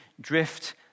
drift